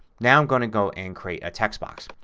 now i'm going to go and create a text box.